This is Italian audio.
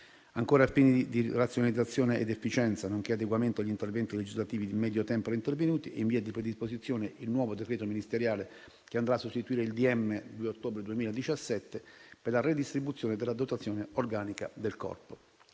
Ancora, a fini di razionalizzazione ed efficienza nonché di adeguamento agli interventi legislativi di medio tempo intervenuti, è in via di predisposizione il nuovo decreto ministeriale che andrà a sostituire il decreto ministeriale del 2 ottobre 2017, per la redistribuzione della dotazione organica del Corpo.